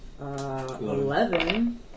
Eleven